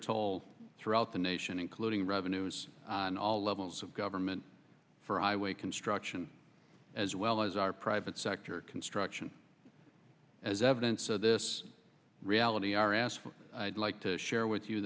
toll throughout the nation including revenues on all levels of government for i way construction as well as our private sector construction as evidence of this reality are asked i'd like to share with you